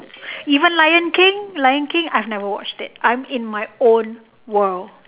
even lion king lion king I have never watched that I'm in my own world